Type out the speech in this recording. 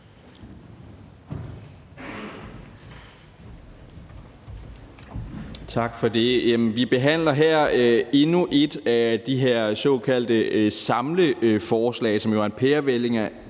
Tak for det. Vi behandler her endnu et af de her såkaldte samleforslag, som jo er en pærevælling af